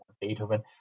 beethoven